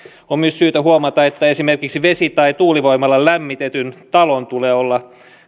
myös syytä huomata että esimerkiksi vesi tai tuulivoimalla lämmitetyn talon tulee näiden kertoimien mukaan olla